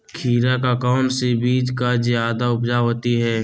खीरा का कौन सी बीज का जयादा उपज होती है?